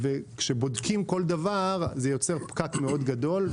וכשבודקים כל דבר זה יוצר פקק מאוד גדול.